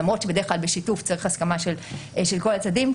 למרות שבדרך כלל בשיתוף צריך הסכמה של כל הצדדים.